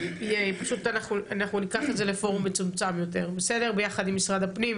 אנחנו ניקח את זה לפורום מצומצם יותר ביחד עם משרד הפנים,